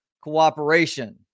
cooperation